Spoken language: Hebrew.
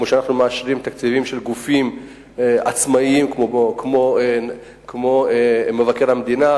כמו שאנחנו מאשרים תקציבים של גופים עצמאיים כמו מבקר המדינה,